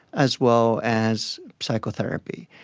as well as psychotherapy.